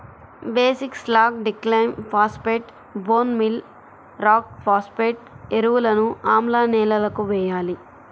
basic slag, డిక్లైమ్ phosphate, bone meal rock phosphate ఎరువులను ఆమ్ల నేలలకు వేయాలి